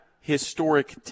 historic